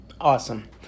Awesome